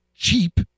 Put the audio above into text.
cheap